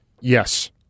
Yes